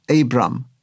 Abram